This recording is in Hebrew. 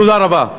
תודה רבה.